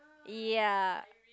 ya